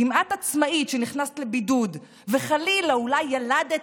אם את עצמאית שנכנסת לבידוד וחלילה אולי ילדת